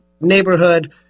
Neighborhood